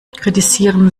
kritisieren